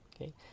okay